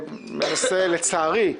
לצערי,